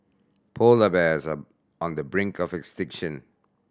polar bears are on the brink of extinction